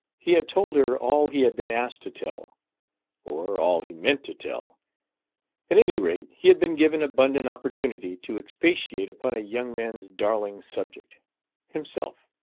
he had told her all he had been asked to tell or all he meant to tell at any rate he had been given abundant opportunity to expatiate upon a young man's darling subject himself.